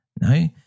No